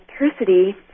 electricity